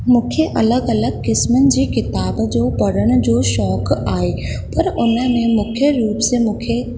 मूंखे अलॻि अलॻि क़िस्मनि जी किताब जो पढ़ण जो शौक़ु आहे पर उन में मुख्य रूप से मूंखे